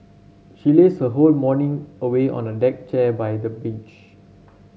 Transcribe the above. she lazed her whole morning away on a deck chair by the beach